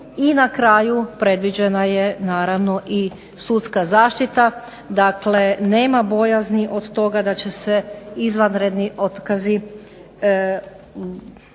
I na kraju predviđena je naravno i sudska zaštita. Dakle, nema bojazni od toga da će se izvanredni otkazi,